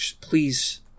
please